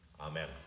Amen